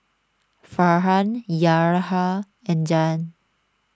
Farhan Yahya and Dian